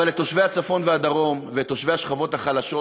אבל את תושבי הצפון והדרום ותושבי השכבות החלשות,